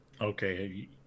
Okay